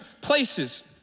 places